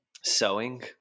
sewing